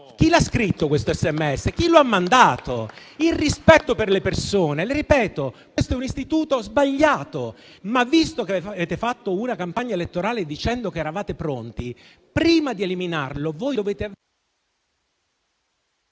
Chi ha scritto questo SMS? Chi lo ha mandato? Dov'è il rispetto per le persone? Le ripeto: questo è un istituto sbagliato, ma visto che avete fatto una campagna elettorale dicendo che eravate pronti, prima di eliminarlo, voi dovevate...